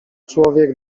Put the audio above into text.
człowiek